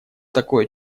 такое